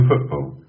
football